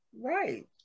right